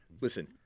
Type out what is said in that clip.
Listen